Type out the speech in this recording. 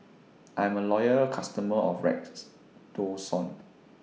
I'm A Loyal customer of Redoxon